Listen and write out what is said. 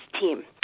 team